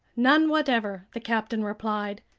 none whatever, the captain replied.